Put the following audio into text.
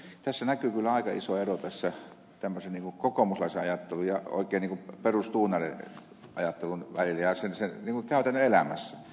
tässä näkyy kyllä aika iso ero kokoomuslaisen ajattelun ja oikein perusduunarin ajattelun välillä käytännön elämässä